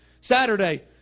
Saturday